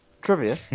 trivia